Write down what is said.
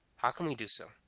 how can we do so?